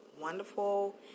wonderful